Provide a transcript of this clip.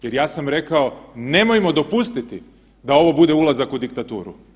Jer ja sam rekao nemojmo dopustiti da ovo bude ulazak u diktaturu.